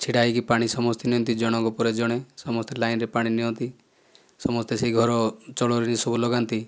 ଛିଡ଼ା ହୋଇକି ପାଣି ସମସ୍ତେ ନିଅନ୍ତି ଜଣଙ୍କ ପରେ ଜଣେ ସମସ୍ତେ ଲାଇନରେ ପାଣି ନିଅନ୍ତି ସମସ୍ତେ ସେହି ଘର ଚଳଣିରେ ସବୁ ଲଗାନ୍ତି